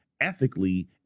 Ethically